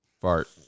Fart